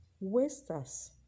wasters